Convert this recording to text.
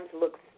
looks